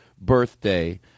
birthday